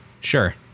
Sure